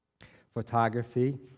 photography